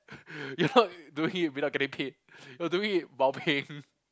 you're not doing it without getting paid we're doing it while paying